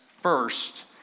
first